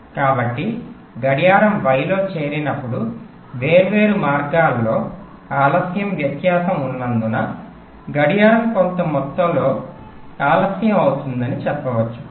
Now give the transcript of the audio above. కాబట్టి గడియారం y లో చేరినప్పుడు వేర్వేరు మార్గాల్లో ఆలస్యం వ్యత్యాసం ఉన్నందున గడియారం కొంత మొత్తంలో ఆలస్యం అవుతుందని చెప్పవచ్చు